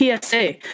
PSA